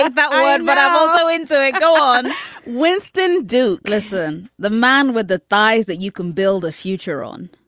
that that one but i'm also into it. go on winston, do listen. the man with the thighs that you can build a future on.